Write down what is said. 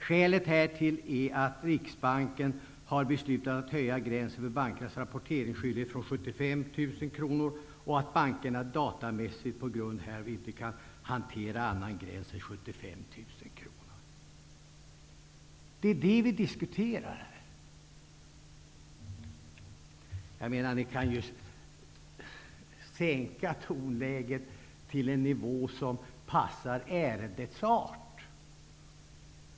Skälet härtill är att Riksbanken har beslutat att höja gränsen för bankernas rapporteringsskyldighet till 75 000 kr och att bankerna datamässigt på grund härav inte kan hantera annan gräns än 75 000kr.'' Det är detta vi diskuterar här. Ni kan ju sänka tonläget till en nivå som passar ärendets art.